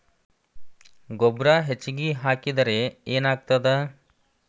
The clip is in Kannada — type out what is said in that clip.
ಗೊಬ್ಬರ ಹೆಚ್ಚಿಗೆ ಹಾಕಿದರೆ ಏನಾಗ್ತದ?